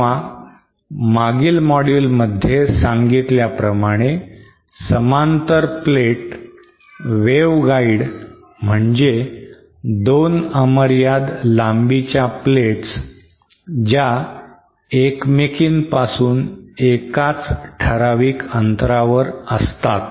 किंवा मागील मोड्यूलमध्ये सांगितल्याप्रमाणे समांतर प्लेट वेव्ह गाईड म्हणजे दोन अमर्याद लांबीच्या प्लेट्स ज्या एकमेकींपासून एकाच ठराविक अंतरावर असतात